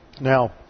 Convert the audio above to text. Now